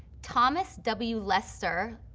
thomas w. lester,